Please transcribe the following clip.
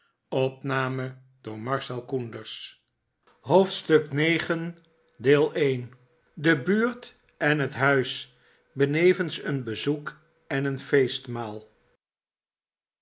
hoofdstuk ix de buurt en net huis benevens een bezoek en een feestmaal